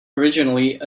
originally